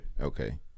Okay